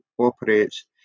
operates